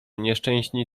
nieszczęśni